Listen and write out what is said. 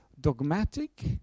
dogmatic